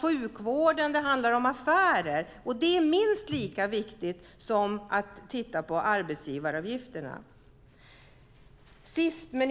sjukvården och affärer, och det är minst lika viktigt som att titta på arbetsgivaravgifterna. Herr talman!